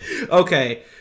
Okay